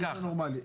ככה,